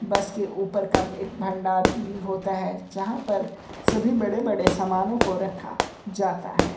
बस के ऊपर का एक भंडारगृह होता है जहाँ पर सभी बड़े बड़े सामानों को रखा जाता है